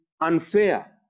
unfair